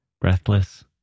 breathless